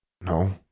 No